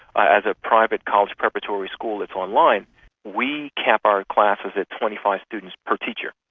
ah as a private college preparatory school that's online we cap our classes at twenty five students per teacher.